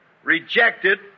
rejected